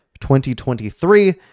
2023